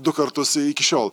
du kartus iki šiol